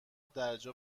درجا